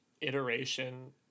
Iteration